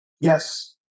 Yes